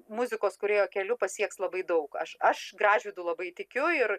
muzikos kūrėjo keliu pasieks labai daug aš aš gražvydu labai tikiu ir